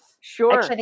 Sure